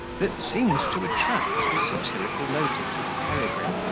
that seemed to attract the satirical notice of peregrine,